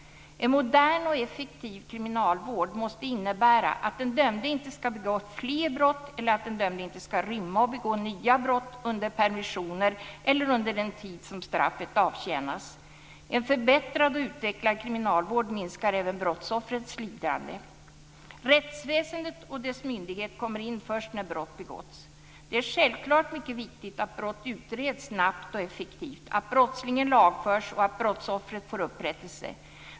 En modern och effektiv kriminalvård måste innebära att den dömde inte ska ha begått fler brott eller att den dömde inte ska rymma och begå nya brott under permissioner eller under den tid som straffet avtjänas. En förbättrad och utvecklad kriminalvård minskar även brottsoffrens lidande. Rättsväsendet och dess myndigheter kommer in först när brott begåtts. Det är självklart mycket viktigt att brott utreds snabbt och effektivt, att brottslingen lagförs och att brottsoffret får upprättelse.